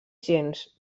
gens